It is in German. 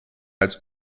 als